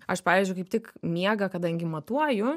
aš pavyzdžiui kaip tik miegą kadangi matuoju